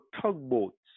tugboats